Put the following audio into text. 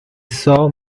saw